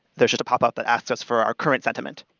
there's just a popup that asks us for our current sentiment.